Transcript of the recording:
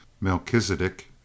Melchizedek